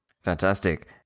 fantastic